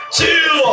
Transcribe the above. two